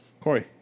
Corey